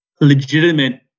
legitimate